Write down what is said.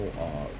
or uh